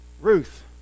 Ruth